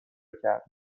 کرد